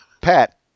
Pat